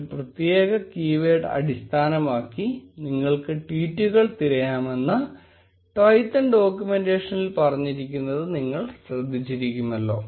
ഒരു പ്രത്യേക കീവേഡ് അടിസ്ഥാനമാക്കി നിങ്ങൾക്ക് ട്വീറ്റുകൾ തിരയാമെന്ന് Twython ഡോക്യുമെന്റേഷനിൽ പറഞ്ഞിരിക്കുന്നത് നിങ്ങൾ ശ്രദ്ധിച്ചിരിക്കുമല്ലോ